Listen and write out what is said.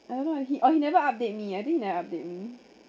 I don't know if he oh he never update me I think he never update me